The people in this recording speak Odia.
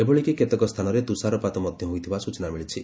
ଏଭଳି କି କେତେକ ସ୍ତାନରେ ତୁଷାରପାତ ମଧ୍ଧ ହୋଇଥିବା ସ୍ଚନା ମିଳିଛି